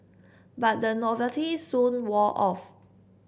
but the novelty soon wore off